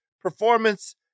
performance